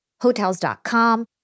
Hotels.com